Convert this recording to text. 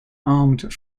armed